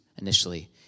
initially